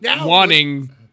wanting